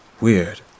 Weird